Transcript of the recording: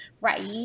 right